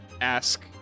ask